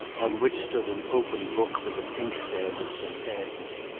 on which stood an open book, with an inkstand and some pens.